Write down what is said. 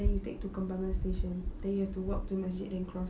then you take to kembangan station then you have to walk to masjid then cross